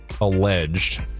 alleged